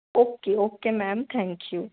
okay okay madam thank you